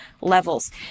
levels